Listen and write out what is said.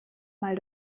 mal